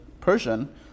Persian